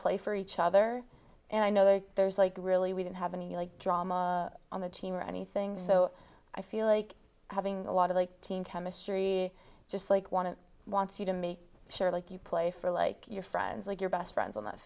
play for each other and i know there's like really we didn't have any drama on the team or anything so i feel like having a lot of the team chemistry just like want to wants you to make sure like you play for like your friends like your best friends on th